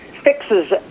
fixes